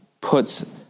puts